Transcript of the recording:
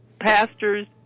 pastors